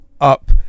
up